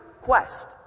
quest